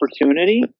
opportunity